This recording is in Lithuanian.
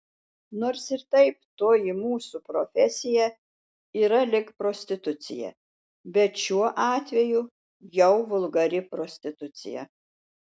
nors ir taip toji mūsų profesija yra lyg prostitucija bet šiuo atveju jau vulgari prostitucija